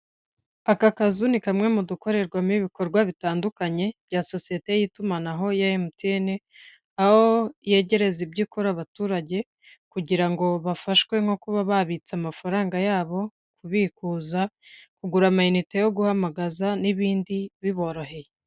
Aka kazu ni kamwe mu dukorerwamo ibikorwa bitandukanye bya sosiyete y'itumanaho ya MTN, aho yegereza ibyo ikora abaturage kugira ngo bafashwe nko kuba babitsa amafaranga yabo kubikuza kugura ama inite yo guhamagaza n'ibindi biboroheye.